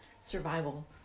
survival